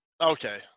Okay